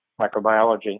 microbiology